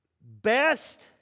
best